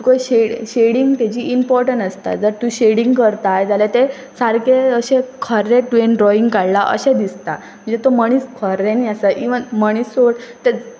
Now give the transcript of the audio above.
तुका shading shading तेजी important आसता जर तूं शेडींग करताय जाल्यार तें सारकें अशें खरेंत तुवें ड्रॉइंग काडलां अशें दिसता म्हणजे तो मनीस खऱ्यांनी आसा इवन मनीस सोड